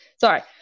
Sorry